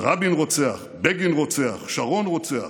"רבין רוצח", "בגין רוצח", "שרון רוצח"